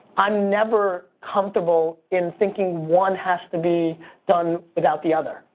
i'm never comfortable in thinking one has to be done without the other.